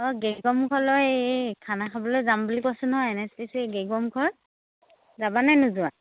অঁ গেৰুকামুখলৈ এই খানা খাবলৈ যাম বুলি কৈছে নহয় এন এইছ পি চি গেৰুকামুখত যাবা নে নোযোৱা